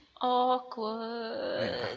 Awkward